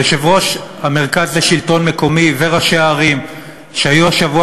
יושב-ראש מרכז השלטון המקומי וראשי הערים שהיו השבוע